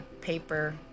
paper